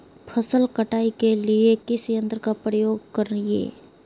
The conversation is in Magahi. फसल कटाई के लिए किस यंत्र का प्रयोग करिये?